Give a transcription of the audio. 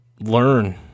learn